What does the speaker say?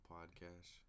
Podcast